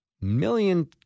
million